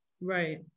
Right